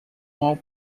more